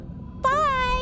Bye